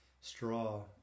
straw